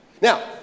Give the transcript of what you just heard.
Now